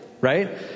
right